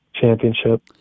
Championship